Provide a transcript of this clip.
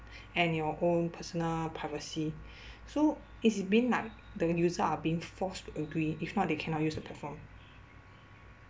and your own personal privacy so it's being like the user are being forced to agree if not they cannot use the perform